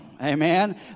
Amen